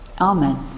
Amen